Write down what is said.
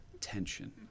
Tension